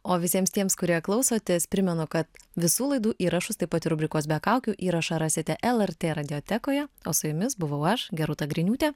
o visiems tiems kurie klausotės primenu kad visų laidų įrašus taip pat ir rubrikos be kaukių įrašą rasite lrt radiotekoje o su jumis buvau aš gerūta griniūtė